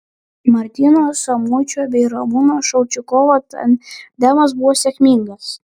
martyno samuičio bei ramūno šaučikovo tandemas buvo sėkmingas